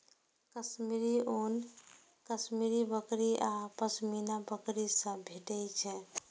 कश्मीरी ऊन कश्मीरी बकरी आ पश्मीना बकरी सं भेटै छै